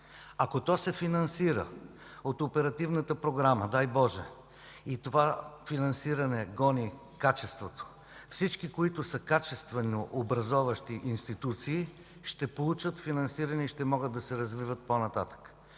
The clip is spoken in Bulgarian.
Ако то се финансира от Оперативната програма, дай Боже, и това финансиране гони качеството, то всички качествено образоващи институции ще получат финансиране и ще могат да се развиват по-нататък.